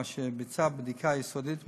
אשר ביצע בדיקה יסודית ומקיפה.